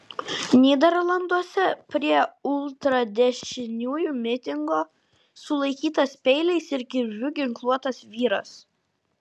nyderlanduose prie ultradešiniųjų mitingo sulaikytas peiliais ir kirviu ginkluotas vyras